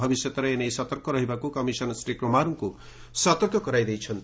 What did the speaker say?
ଭବିଷ୍ୟତରେ ଏ ନେଇ ସତର୍କ ରହିବାକୁ କମିଶନ ଶ୍ରୀ କୁମାରଙ୍କୁ ସତର୍କ କରାଇ ଦେଇଛନ୍ତି